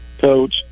coach